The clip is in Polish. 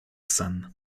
sen